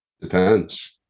Depends